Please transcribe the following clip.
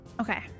Okay